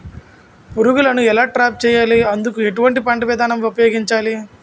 పురుగులను ఎలా ట్రాప్ చేయాలి? అందుకు ఎలాంటి పంట విధానం ఉపయోగించాలీ?